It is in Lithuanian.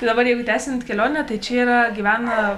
tai dabar jeigu tęsiant kelionę tai čia yra gyvena